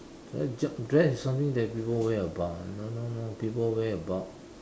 so is dress is something that people wear about no no no people wear about